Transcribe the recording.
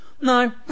no